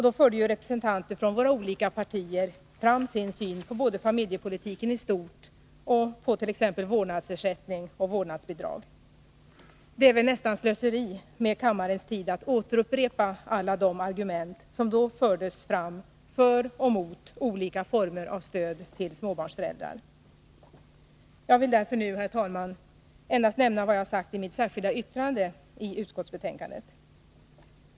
Då förde representanter från våra olika partier fram sin syn på både familjepolitiken i stort och t.ex. vårdnadsersättning och vårdnadsbidrag. Det är väl nästan slöseri med kammarens tid att upprepa alla de argument som då fördes fram för och mot olika former av stöd till småbarnsföräldrar. Jag vill därför nu, herr talman, endast nämna vad jag sagt i mitt särskilda yttrande i utskottsbetänkandet.